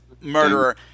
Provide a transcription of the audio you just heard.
murderer